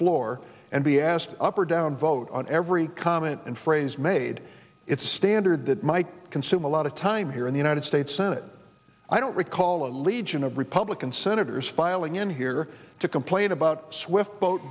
floor and be asked up or down vote on every comment and phrase made it standard that might consume a lot of time here in the united states senate i don't recall a legion of republican senators filing in here to complain about swift boat